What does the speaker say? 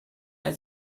had